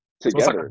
Together